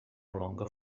longer